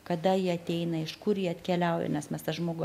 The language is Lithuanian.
kada jie ateina iš kur jie atkeliauja nes mes tą žmogų